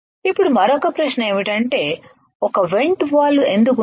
ఇప్పుడు మరొక ప్రశ్న ఏమిటంటే ఒక వెంట్ వాల్వ్ ఎందుకు ఉంది